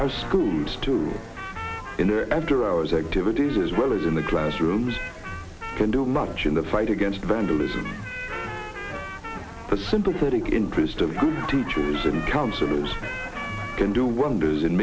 as schools too in the after hours activities as well as in the classroom can do much in the fight against vandalism the sympathetic interest of teachers and counselors can do wonders